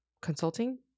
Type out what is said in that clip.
consulting